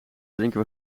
drinken